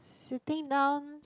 sitting down